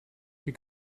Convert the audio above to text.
hier